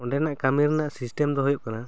ᱚᱸᱰᱮ ᱨᱮᱱᱟᱜ ᱠᱟᱹᱢᱤ ᱨᱮᱱᱟᱜ ᱥᱤᱥᱴᱮᱢ ᱫᱚ ᱦᱩᱭᱩᱜ ᱠᱟᱱᱟ